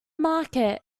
market